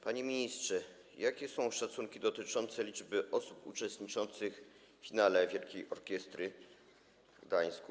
Panie ministrze, jakie są szacunki dotyczące liczby osób uczestniczących w finale wielkiej orkiestry w Gdańsku?